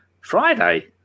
Friday